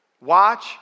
Watch